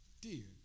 Dear